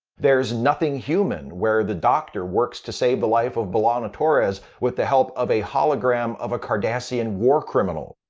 there's nothing human, where the doctor works to save the life of b'elanna torres with the help of a hologram of a cardassian war criminal.